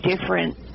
different